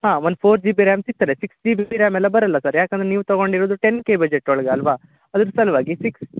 ಹಾಂ ಒಂದು four G B RAM ಸಿಕ್ತದೆ ಸಿಕ್ಸ್ ಜಿ ಬಿ ರ್ಯಾಮೆಲ್ಲ ಬರೋಲ್ಲ ಸರ್ ಯಾಕಂದ್ರೆ ನೀವು ತೊಗೊಂಡಿರೋದು ಟೆನ್ ಕೆ ಬಜೆಟ್ ಒಳಗೆ ಅಲ್ಲವಾ ಅದ್ರ ಸಲುವಾಗಿ ಸಿಕ್ಸ್